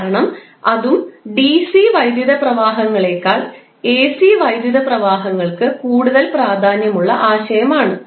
കാരണം അതും ഡിസി വൈദ്യുത പ്രവാഹങ്ങളേക്കാൾ എസി വൈദ്യുത പ്രവാഹങ്ങൾക്ക് കൂടുതൽ പ്രാധാന്യമുള്ള ആശയം ആണ്